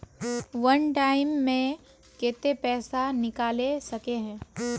वन time मैं केते पैसा निकले सके है?